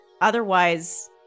otherwise